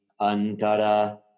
antara